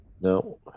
No